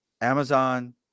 Amazon